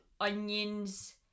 onions